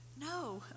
No